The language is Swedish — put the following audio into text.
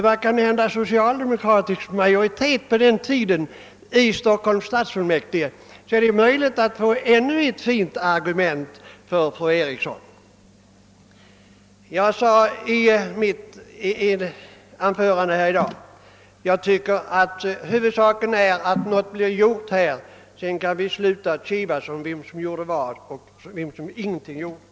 Man hade kanske på den tiden socialdemokratisk majoritet i Stockholms stadsfullmäktige, och därför är det möjligt att fru Eriksson kan hitta nya fina argument. Jag upprepar vad jag sade i mitt tidigare anförande, nämligen att huvudsaken är att något blir gjort på det område det här gäller. Sedan kan vi sluta kivas om vem som gjorde vad och vem som ingenting gjorde.